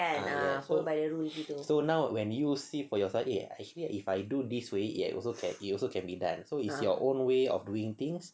ah yes so is so now when you see for yourself eh actually if I do this way it it also can be done so it's your own way of doing things